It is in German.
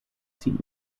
zieht